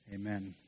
Amen